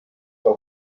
tal